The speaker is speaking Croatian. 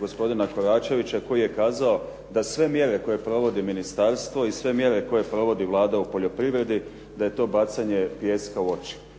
gospodina Koračevića koji je kazao da sve mjere koje provodi ministarstvo i sve mjere koje provodi Vlada u poljoprivredi da je to bacanje pijeska u oči.